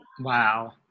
Wow